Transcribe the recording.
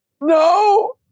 No